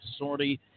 Sorty